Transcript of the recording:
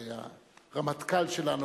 והרמטכ"ל שלנו,